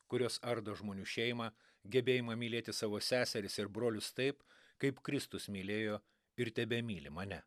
kurios ardo žmonių šeimą gebėjimą mylėti savo seseris ir brolius taip kaip kristus mylėjo ir tebemyli mane